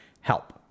Help